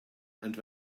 and